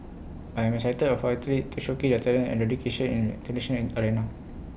I am excited for athletes to showcase their talents and dedication in tradition arena